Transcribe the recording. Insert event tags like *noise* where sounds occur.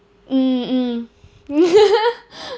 mm mm *laughs*